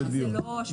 ברור שזה לא אשמתכם.